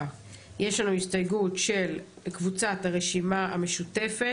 סעיף 4 הסתייגות של קבוצת הרשימה המשותפת.